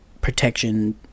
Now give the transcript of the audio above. protection